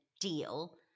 deal